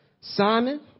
Simon